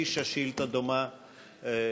שהגישה שאילתה דומה השבוע.